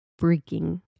freaking